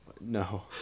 no